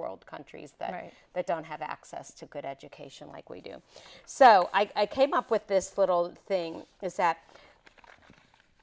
world countries that are that don't have access to good education like we do so i came up with this little thing is that